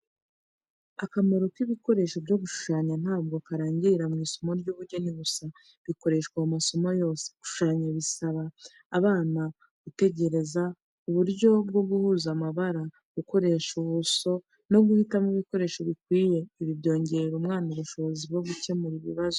Akamaro k'ibikoresho byo gushushanya ntabwo karangirira mu isomo ry'ubugeni gusa. Bikoreshwa mu masomo yose. Gushushanya bisaba abana gutekereza ku buryo bwo guhuza amabara, gukoresha ubuso, no guhitamo ibikoresho bikwiye. Ibi byongerera umwana ubushobozi bwo gukemura ibibazo.